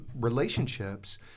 relationships